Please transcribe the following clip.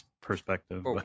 perspective